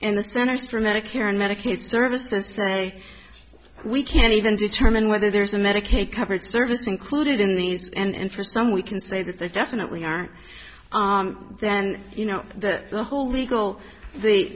and the centers for medicare and medicaid services say we can't even determine whether there's a medicaid coverage service included in these and for some we can say that there definitely are then you know that the whole legal the